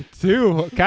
Two